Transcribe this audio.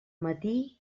matí